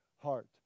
heart